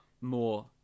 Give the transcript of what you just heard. more